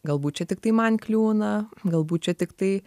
galbūt čia tik tai man kliūna galbūt čia tiktai